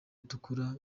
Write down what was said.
ritukura